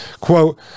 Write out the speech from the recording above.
Quote